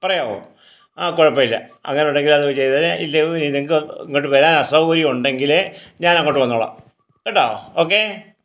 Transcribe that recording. പറയാവോ ആ കുഴപ്പമില്ല അങ്ങനെ ഉണ്ടെങ്കിൽ അത് ചെയ്തേരെ ഇല്ലെങ്കിൽ നിങ്ങൾക്ക് ഇങ്ങോട്ട് വരാൻ അസൗകര്യം ഉണ്ടെങ്കില് ഞാനങ്ങോട്ട് വന്നോളാം കേട്ടോ ഓക്കേ